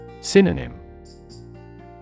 Synonym